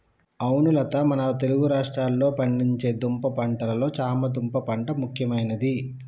అవును లత మన తెలుగు రాష్ట్రాల్లో పండించే దుంప పంటలలో చామ దుంప పంట ముఖ్యమైనది